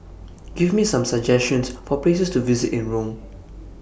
Give Me Some suggestions For Places to visit in Rome